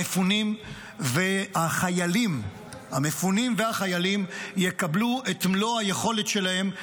המפונים והחיילים יקבלו את מלוא היכולת שלהם,